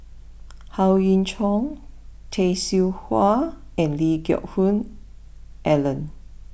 Howe Yoon Chong Tay Seow Huah and Lee Geck Hoon Ellen